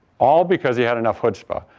all because he had enough chutzpah.